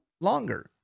longer